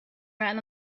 ran